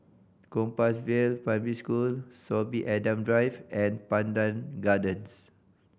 Compassvale Primary School Sorby Adam Drive and Pandan Gardens